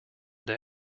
der